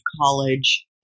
college